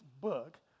book